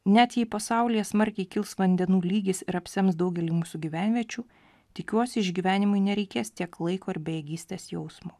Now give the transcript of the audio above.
net jei pasaulyje smarkiai kils vandenų lygis ir apsems daugelį mūsų gyvenviečių tikiuosi išgyvenimui nereikės tiek laiko ir bejėgystės jausmo